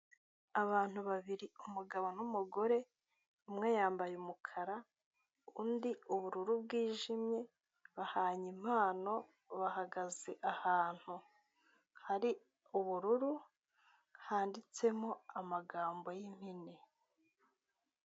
Abantu babiri umugabo n'umugore, umwe yambaye umukara, undi ubururu bwijimye, bahanye impano, bahagaze ahantu hari ubururu, handitsemo amagambo y'impine.